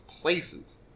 places